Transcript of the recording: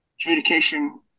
Communication